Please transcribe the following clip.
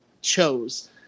chose